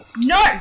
No